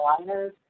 aligners